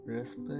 respect